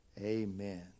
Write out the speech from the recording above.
Amen